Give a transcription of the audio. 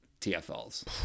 TFLs